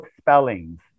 spellings